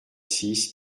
six